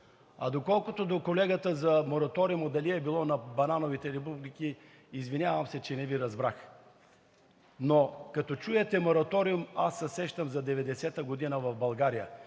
А колкото до колегата за мораториума – дали е било на банановите републики? Извинявам се, че не Ви разбрах. Но като чуем „мораториум“, аз се сещам за 1990 г. в България,